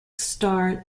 star